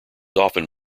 often